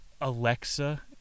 Alexa